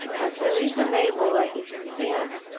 as unreasonable as it seemed,